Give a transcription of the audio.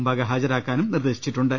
മുമ്പാകെ ഹാജരാക്കാനും നിർദ്ദേശിച്ചിട്ടുണ്ട്